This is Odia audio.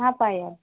ହଁ ପାୟଲ